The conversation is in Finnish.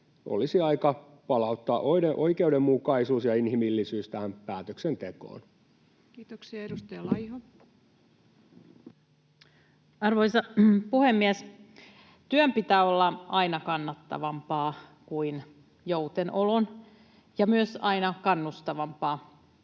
Olisi aika palauttaa oikeudenmukaisuus ja inhimillisyys tähän päätöksentekoon. Kiitoksia. — Edustaja Laiho. Arvoisa puhemies! Työn pitää olla aina kannattavampaa kuin joutenolon ja myös aina kannustavampaa,